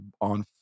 on